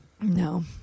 No